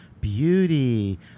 Beauty